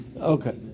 okay